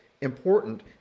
important